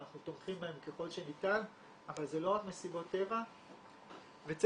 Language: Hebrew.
אנחנו תומכים בהם ככל שניתן אבל זה לא רק מסיבות הטבע.